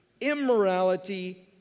Immorality